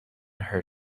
her